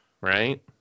right